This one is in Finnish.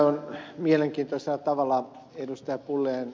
tässä mielenkiintoisella tavalla ed